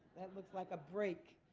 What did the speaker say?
that looks like a break.